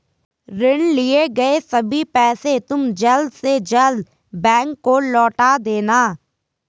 ऋण लिए गए सभी पैसे तुम जल्द से जल्द बैंक को लौटा देना